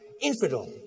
infidel